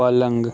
પલંગ